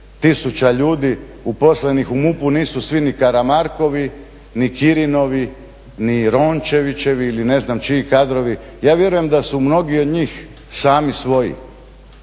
tisuća ljudi uposlenih u MUP-u nisu svi ni Karamarkovi ni Kirinovi ni Rončevićevi ili ne znam čiji kadrovi, ja vjerujem da su mnogi od njih sami svoji.